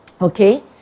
okay